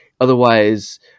Otherwise